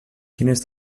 quines